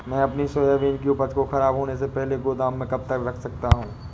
मैं अपनी सोयाबीन की उपज को ख़राब होने से पहले गोदाम में कब तक रख सकता हूँ?